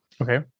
Okay